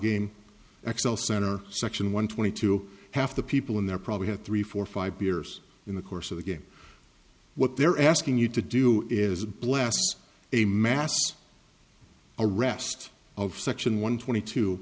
game xcel center section one twenty two half the people in there probably have three four five beers in the course of the game what they're asking you to do is bless a mass arrest of section one twenty two